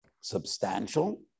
substantial